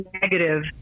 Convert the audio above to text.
negative